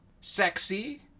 sexy